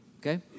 okay